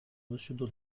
monsieur